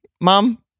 Mom